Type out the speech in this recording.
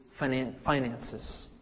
finances